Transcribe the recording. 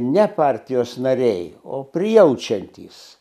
ne partijos nariai o prijaučiantys